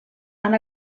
han